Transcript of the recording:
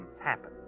happen